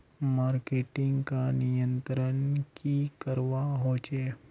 Marketing का नियंत्रण की करवा होचे?